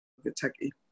Kentucky